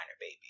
baby